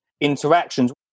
interactions